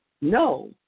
no